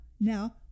now